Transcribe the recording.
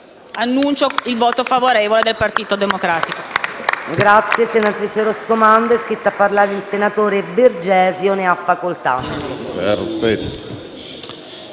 Dichiaro il voto favorevole del Partito Democratico.